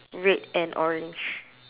red and orange